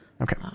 Okay